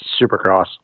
Supercross